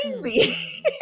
crazy